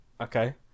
Okay